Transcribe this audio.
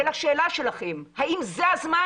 ולשאלה שלכם האם זה הזמן?